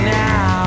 now